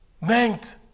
meant